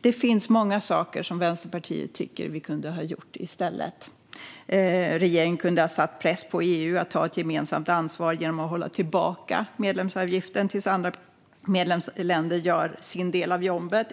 Det finns många saker som Vänsterpartiet tycker att vi kunde ha gjort i stället. Regeringen kunde ha satt press på EU att ta ett gemensamt ansvar genom att hålla tillbaka medlemsavgiften tills andra medlemsländer gjorde sin del av jobbet.